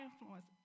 influence